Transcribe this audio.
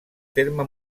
terme